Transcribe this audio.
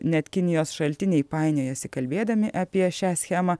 net kinijos šaltiniai painiojasi kalbėdami apie šią schemą